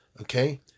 okay